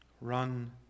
Run